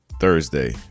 Thursday